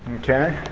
ok,